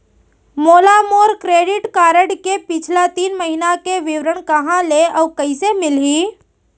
मोला मोर credit card के पिछला तीन महीना के विवरण कहाँ ले अऊ कइसे मिलही?